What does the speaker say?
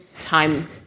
time